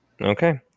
Okay